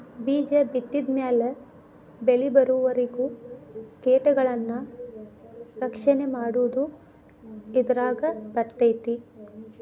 ಬೇಜ ಬಿತ್ತಿದ ಮ್ಯಾಲ ಬೆಳಿಬರುವರಿಗೂ ಕೇಟಗಳನ್ನಾ ರಕ್ಷಣೆ ಮಾಡುದು ಇದರಾಗ ಬರ್ತೈತಿ